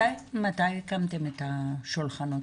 מתי הקמתם את השולחנות?